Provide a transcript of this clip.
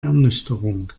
ernüchterung